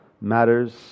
matters